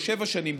או שבע שנים,